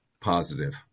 positive